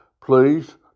please